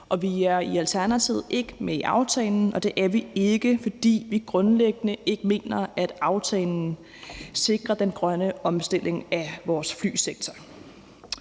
Vi er i Alternativet ikke med i aftalen, og det er vi ikke, fordi vi grundlæggende ikke mener, at aftalen sikrer den grønne omstilling af vores flysektor.